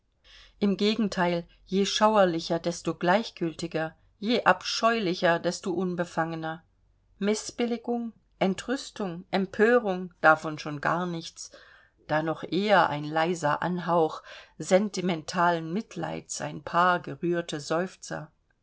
im gegenteil je schauerlicher desto gleichgültiger je abscheulicher desto unbefangener mißbilligung entrüstung empörung davon schon gar nichts da noch eher ein leiser anhauch sentimentalen mitleids ein paar gerührte seufzer